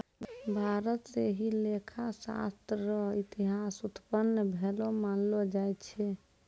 भारत स ही लेखा शास्त्र र इतिहास उत्पन्न भेलो मानलो जाय छै